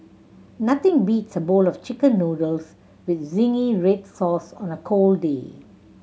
nothing beats a bowl of Chicken Noodles with zingy red sauce on a cold day